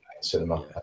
cinema